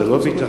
זה לא ביטחון.